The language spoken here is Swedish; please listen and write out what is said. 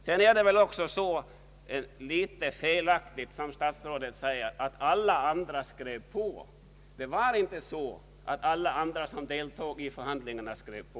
Vidare är det väl något felaktigt att, som statsrådet sade, alla andra skrev på. Det var inte så att alla andra som deltog i förhandlingarna skrev på.